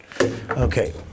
okay